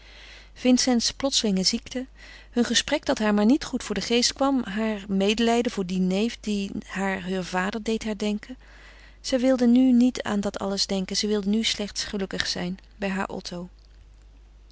vincents plotselinge ziekte hun gesprek dat haar maar niet goed voor den geest kwam haar medelijden voor dien neef die haar heur vader deed herdenken zij wilde nu niet aan dat alles denken zij wilde nu slechts gelukkig zijn bij haar otto